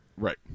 Right